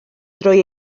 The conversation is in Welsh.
droi